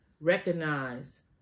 recognize